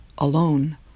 alone